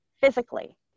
physically